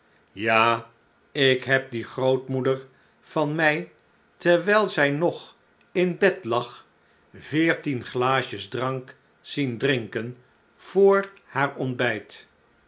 ja ik heb die grootmoeder van mij terwijl zij nog in bed lag veertien glaasjes drank zien drinken voor haar ontbijt